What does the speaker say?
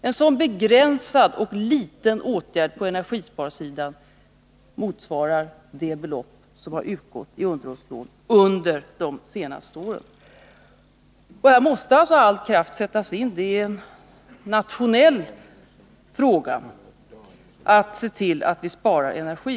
En sådan begränsad och liten åtgärd på energisparsidan motsvarar alltså det belopp som har utgått i undershållslån de senaste åren. Det är en nationell fråga att se till att vi sparar energi.